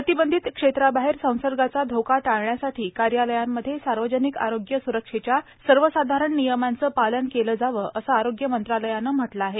प्रतिबंधित क्षेत्राबाहेर संसर्गाचा धोका टाळण्यासाठी कार्यालयांमध्ये सार्वजनिक आरोग्य स्रक्षेच्या सर्वसाधारण नियमांचे पालन केले जावे असे आरोग्य मंत्रालयाने म्हटले आहे